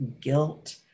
guilt